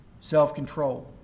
self-control